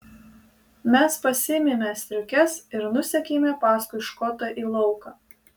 mes pasiėmėme striukes ir nusekėme paskui škotą į lauką